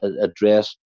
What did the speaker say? address